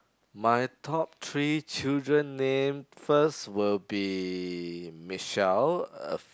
my top three children name first will be Michelle